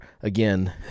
again